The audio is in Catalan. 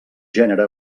gènere